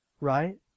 right